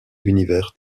univers